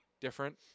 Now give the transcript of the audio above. different